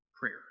prayer